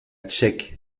tchèque